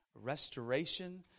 restoration